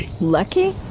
Lucky